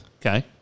Okay